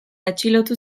atxilotu